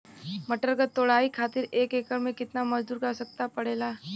मटर क तोड़ाई खातीर एक एकड़ में कितना मजदूर क आवश्यकता पड़ेला?